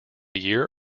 year